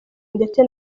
ndetse